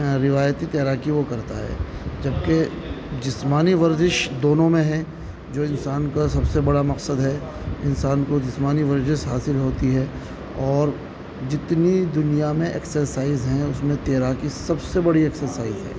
روایتی تیراکی وہ کرتا ہے جبکہ جسمانی ورزش دونوں میں ہے جو انسان کا سب سے بڑا مقصد ہے انسان کو جسمانی ورزش حاصل ہوتی ہے اور جتنی دنیا میں ایکسرسائز ہیں اس میں تیراکی سب سے بڑی ایکسرسائز ہے